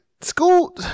School